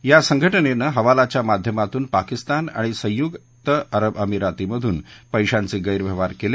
या संघटनेनं हवालाच्या माध्यमातून पाकिस्तान आणि संयुक अरब अमिरातीमधून पैशांचे गैरव्यवहार केले